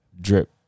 drip